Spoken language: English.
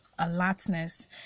alertness